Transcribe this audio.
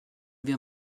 wir